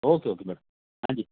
ओ के okay madam हाँ जी